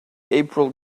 april